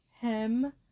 hem